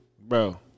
Bro